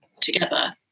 together